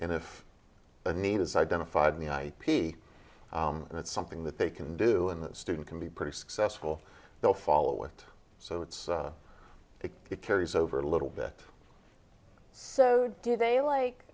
and if the need is identified in the ip and it's something that they can do and that student can be pretty successful they'll follow it so it's a big it carries over a little bit so do they like